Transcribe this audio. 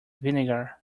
vinegar